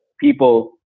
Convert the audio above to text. people